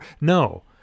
No